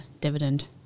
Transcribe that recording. dividend